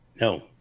No